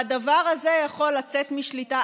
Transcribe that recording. והדבר הזה יכול לצאת משליטה.